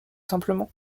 simplement